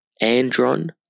Andron